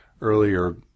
earlier